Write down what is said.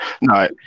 No